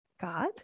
God